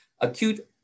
acute